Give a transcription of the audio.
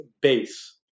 base